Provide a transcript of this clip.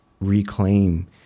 reclaim